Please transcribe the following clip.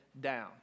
down